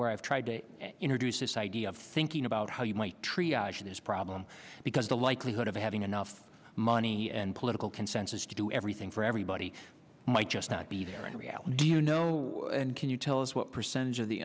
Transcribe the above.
where i've tried to introduce this idea of thinking about how you might treat this problem because the likelihood of having enough money and political consensus to do everything for everybody might just not be there in reality you know and can you tell us what percentage of the